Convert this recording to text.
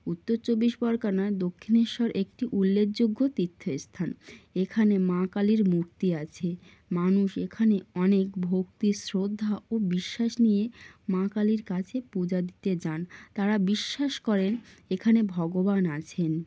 উত্তর চব্বিশ পরগনার দক্ষিণেশ্বর একটি উল্লেখযোগ্য তীর্থস্থান এখানে মা কালীর মূর্তি আছে মানুষ এখানে অনেক ভক্তি শ্রদ্ধা ও বিশ্বাস নিয়ে মা কালীর কাছে পূজা দিতে যান তারা বিশ্বাস করেন এখানে ভগবান আছেন